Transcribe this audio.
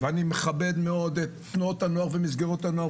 אני מכבד את תנועות הנוער ואת מסגרות הנוער,